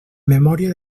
memòria